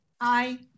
Aye